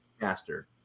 master